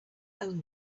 own